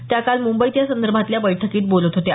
त्या काल मुंबईत यासंदर्भातल्या बैठकीत बोलत होत्या